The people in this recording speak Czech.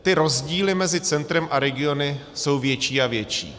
Ty rozdíly mezi centrem a regiony jsou větší a větší.